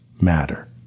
matter